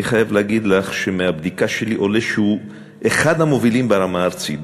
אני חייב להגיד לך שמהבדיקה שלי עולה שהוא אחד המובילים ברמה הארצית,